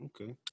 Okay